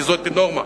כי זאת נורמה,